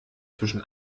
zwischen